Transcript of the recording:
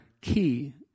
key